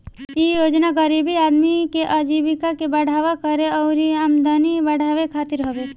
इ योजना गरीब आदमी के आजीविका में बढ़ावा करे अउरी आमदनी बढ़ावे खातिर हवे